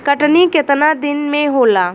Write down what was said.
कटनी केतना दिन में होला?